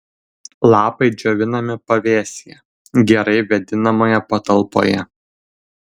lapai džiovinami pavėsyje gerai vėdinamoje patalpoje